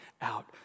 out